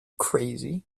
crazy